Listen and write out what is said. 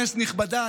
כנסת נכבדה,